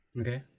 Okay